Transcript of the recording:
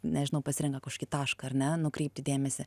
nežinau pasirenka kažkokį tašką ar ne nukreipti dėmesį